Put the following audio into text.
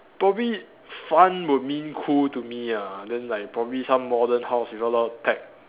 probably fun would mean cool to me ah then like probably some modern house with a lot of